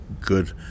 good